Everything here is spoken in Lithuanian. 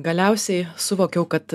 galiausiai suvokiau kad